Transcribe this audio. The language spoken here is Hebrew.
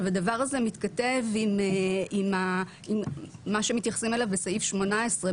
הדבר הזה מתכתב עם מה שמתייחסים אליו בסעיף 18,